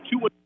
two